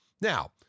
now